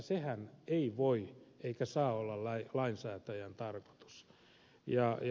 sehän ei voi eikä saa olla lainsäätäjän tarkoitus